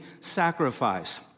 sacrifice